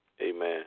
Amen